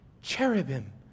cherubim